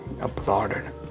applauded